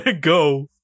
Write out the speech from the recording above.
Go